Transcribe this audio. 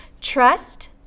trust